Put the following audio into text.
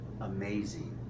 amazing